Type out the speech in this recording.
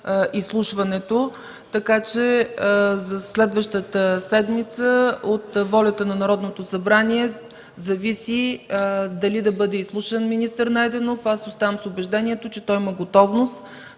изслушването. Така че за следващата седмица от волята на Народното събрание зависи дали да бъде изслушан министър Найденов. Аз оставам с убеждението, че той има готовност